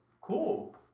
Cool